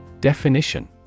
Definition